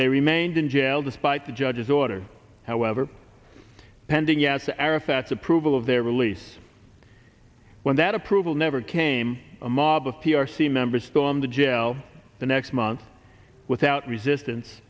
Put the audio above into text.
they remained in jail despite the judge's order however pending yasser arafat's approval of their release when that approval never came a mob of p r c members stormed the jail the next month without resistance